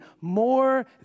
more